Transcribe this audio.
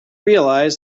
realized